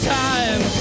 time